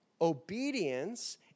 Obedience